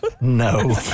No